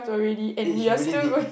eh she really did